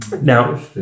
Now